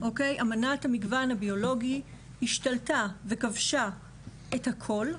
אמנת המגוון הביולוגי השתלטה וכבשה את הכל.